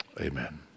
amen